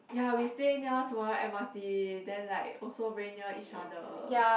ya we stay near Sembawang m_r_t then like also very near each other